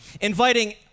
inviting